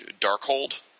Darkhold